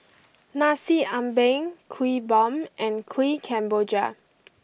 Nasi Ambeng Kuih Bom and Kuih Kemboja